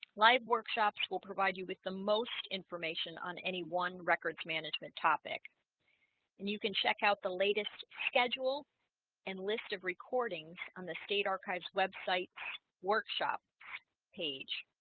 live workshops will provide you with the most information on any one records management topic and you can check out the latest schedule and list of recording on the state archives website workshop page